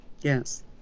Yes